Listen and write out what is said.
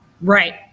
Right